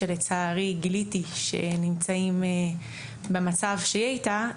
שלצערי גיליתי שהם נמצאים במצב שהיא הייתה,